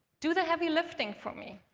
do the heavy lifting for me.